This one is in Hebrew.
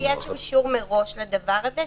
שיהיה אישור מראש לדבר הזה.